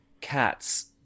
cats